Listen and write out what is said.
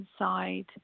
inside